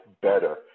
better